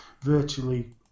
virtually